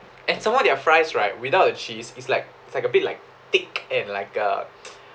and some more their fries right without a cheese it's like it's like a bit like thick and like uh